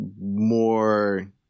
more